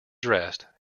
dressed